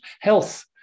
health